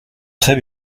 très